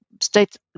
states